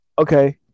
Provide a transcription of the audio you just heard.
okay